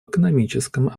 экономическом